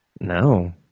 No